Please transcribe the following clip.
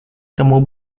kamu